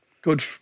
Good